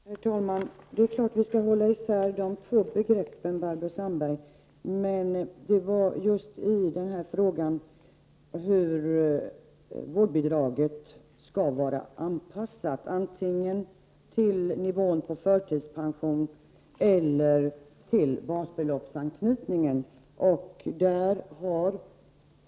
Herr talman! Det är klart att vi skall hålla isär de två begreppen, Barbro Sandberg. Men just den här frågan gällde om vårdbidraget skall vara anpassat till nivån på förtidspensionen eller ha basbeloppsanknytning.